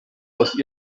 aus